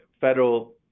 Federal